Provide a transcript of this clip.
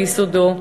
ביסודו,